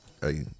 hey